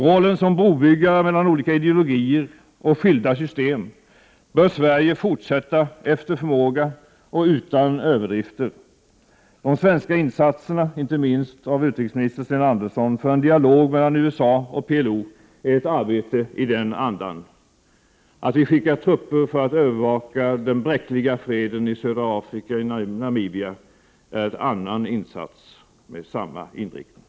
Rollen som brobyggare mellan olika ideologier och skilda system bör Sverige fortsätta att spela efter förmåga och utan överdrifter. De svenska — Prot. 1988/89:59 insatserna — inte minst genom utrikesminister Sten Andersson - för en dialog — 1februari 1989 mellan USA och PLO är ett arbete i den andan. Att vi skickar trupper för att övervaka den bräckliga freden i Södra Afrika och Namibia är en annan insats med samma inriktning.